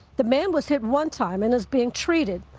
the man was hit one time and is being treated.